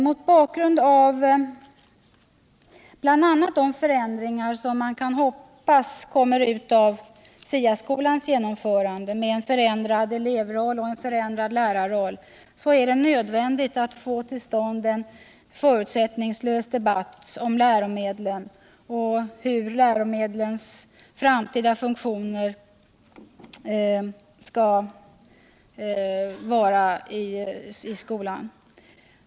Mot bakgrund av bl.a. de förändringar som förhoppningsvis kommer att följa av SIA-skolans genomförande med en förändrad elevroll och en förändrad lärarroll är det nödvändigt att få till stånd en förutsättningslös debatt om läromedlen och deras framtida funktioner i skolan.